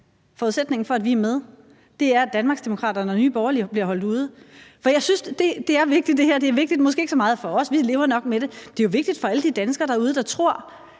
forudsætningen for, at Dansk Folkeparti er med, er, at Danmarksdemokraterne og Nye Borgerlige bliver holdt ude? For jeg synes, det her er vigtigt – måske ikke så meget for os, vi lever nok med det – for alle de danskere derude, der tror,